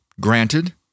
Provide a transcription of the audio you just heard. granted